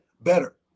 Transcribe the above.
better